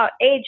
age